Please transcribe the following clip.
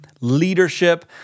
leadership